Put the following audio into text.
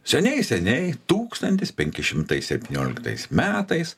seniai seniai tūkstantis penki šimtai septynioliktais metais